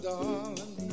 Darling